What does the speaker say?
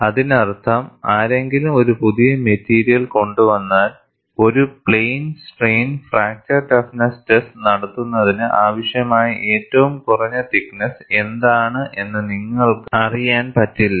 അതിനർത്ഥം ആരെങ്കിലും ഒരു പുതിയ മെറ്റീരിയൽ കൊണ്ടുവന്നാൽ ഒരു plane strain fracture toughness test നടത്തുന്നതിന് ആവശ്യമായ ഏറ്റവും കുറഞ്ഞ തിക്ക് നെസ്സ് എന്താണ് എന്ന് നിങ്ങൾക്ക് അറിയാൻ പറ്റില്ല